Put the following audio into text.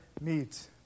meet